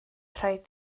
rhaid